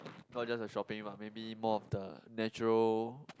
not just a shopping mah maybe more of the natural